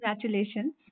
congratulations